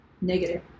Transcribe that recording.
negative